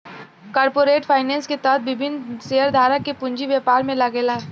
corporate finance के तहत विभिन्न शेयरधारक के पूंजी व्यापार में लागेला